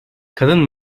kadın